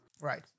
Right